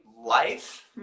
life